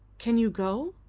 can you go?